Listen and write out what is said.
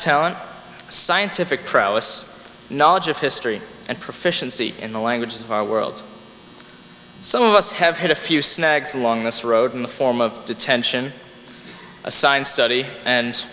talent scientific prowess knowledge of history and proficiency in the languages of our world some of us have had a few snags along this road in the form of detention assigned study and